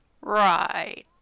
right